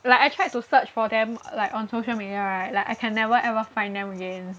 like I tried to search for them like on social media right like I can never ever find them again